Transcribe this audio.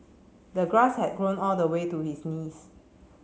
the grass had grown all the way to his knees